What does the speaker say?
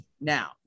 Now